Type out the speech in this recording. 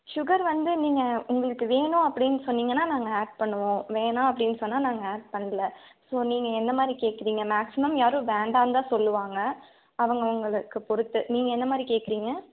sugar வந்து நீங்கள் உங்களுக்கு வேணும் அப்படினு சொன்னீங்கன்னால் நாங்கள் ஆட் பண்ணுவோம் வேணால் அப்படினு சொன்னால் நாங்கள் ஆட் பண்ணலை ஸோ நீங்கள் எந்த மாதிரி கேட்குறீங்க மேக்சிமம் யாரும் வேண்டான்னு தான் சொல்லுவாங்க அவுங்கவங்களுக்கு பொறுத்து நீங்கள் என்ன மாதிரி கேட்குறீங்க